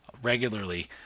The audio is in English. Regularly